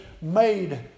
made